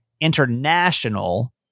international –